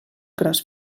gros